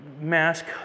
mask